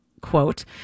quote